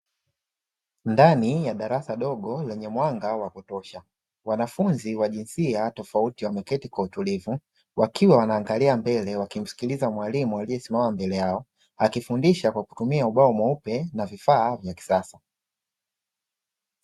Ndani ya darasa dogo lenye mwanga wa kutosha wanafunzi wa jinsia tofauti wameketi kwa utulivu wakiwa wanaangalia mbele, wakimsikiliza mwalimu aliyesimama mbele yao akifundisha kwa kutumia ubao mweupe na vifaa vya kisasa.